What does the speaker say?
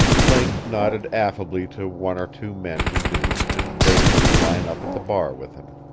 link nodded affably to one or two men he knew and bade them line up at the bar with him.